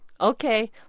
Okay